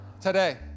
Today